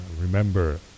remember